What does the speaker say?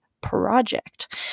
project